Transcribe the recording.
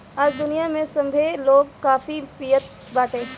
आज दुनिया में सभे लोग काफी पियत बाटे